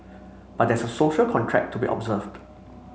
but there's social contract to be observed